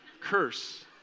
curse